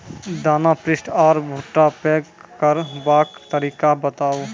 दाना पुष्ट आर भूट्टा पैग करबाक तरीका बताऊ?